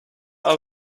are